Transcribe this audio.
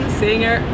singer